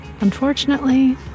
Unfortunately